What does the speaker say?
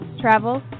travel